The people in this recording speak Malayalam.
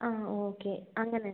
ആ ഓക്കെ അങ്ങനെ